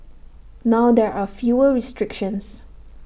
now there are fewer restrictions